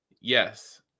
yes